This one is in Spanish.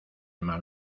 mal